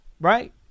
Right